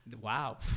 Wow